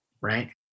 Right